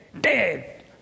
dead